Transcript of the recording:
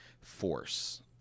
force